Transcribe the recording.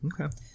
Okay